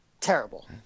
terrible